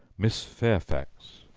miss fairfax.